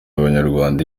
abanyarwanda